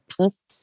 peace